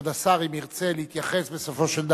כבוד השר, אם ירצה להתייחס, בסופו של דבר,